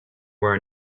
were